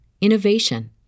innovation